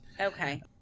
Okay